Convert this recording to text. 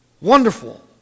wonderful